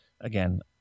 Again